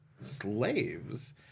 slaves